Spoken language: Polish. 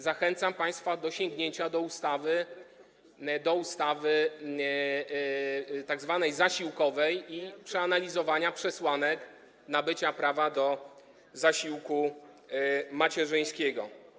Zachęcam państwa do sięgnięcia do ustawy tzw. zasiłkowej i przeanalizowania przesłanek nabycia prawa do zasiłku macierzyńskiego.